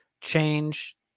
change